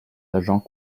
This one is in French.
agents